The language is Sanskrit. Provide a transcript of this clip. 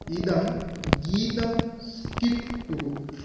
इदं गीतं स्किप् कुरु